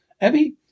Abby